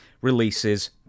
releases